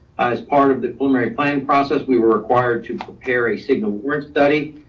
as part of the preliminary planning process, we were required to prepare a signal word study,